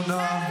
לא כואב לך?